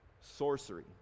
sorcery